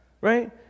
right